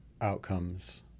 outcomes